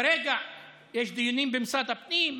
כרגע יש דיונים במשרד הפנים.